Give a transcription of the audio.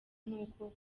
nk’uko